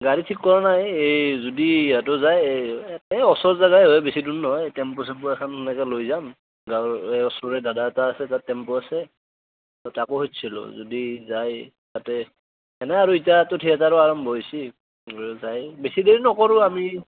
গাড়ী ঠিক কৰা নাই এই যদি সিহঁতো যায় এই ওচৰ জেগাই হয় বেছি দূৰ নহয় টেম্পু চেম্পু এখন তেনেকৈ লৈ যাম গাৱঁৰ এই ওচৰৰ দাদা এটা আছে তাৰ টেম্পু আছে তাকো সুধিছিলোঁ যদি যায় তাতে এনে আৰু এতিয়াটো থিয়েটাৰো আৰম্ভ হৈছে যায় বেছি দেৰি নকৰোঁ আমি